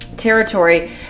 territory